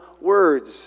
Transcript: words